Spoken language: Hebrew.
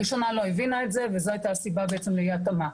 הראשונה לא הבינה את זה וזאת הייתה הסיבה בעצם לאי ההתאמה.